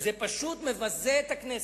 זה פשוט מבזה את הכנסת.